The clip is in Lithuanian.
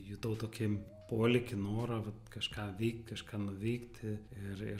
jutau tokį polėkį norą va kažką veikt kažką nuveikti ir ir